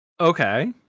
Okay